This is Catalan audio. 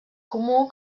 comú